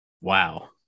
Wow